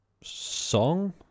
Song